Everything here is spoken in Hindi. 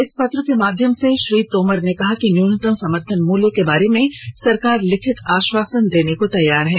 इस पत्र के माध्यम से श्री तोमर ने कहा है कि न्युनतम समर्थन मुल्य के बारे में सरकार लिखित आष्वासन देने को तैयार है